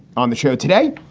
on the show today,